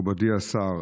מכובדי השר,